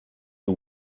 you